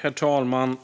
Herr talman!